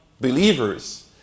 believers